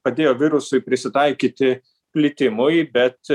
padėjo virusui prisitaikyti plitimui bet